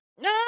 No